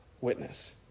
witness